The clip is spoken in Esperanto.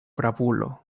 bravulo